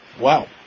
Wow